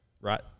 right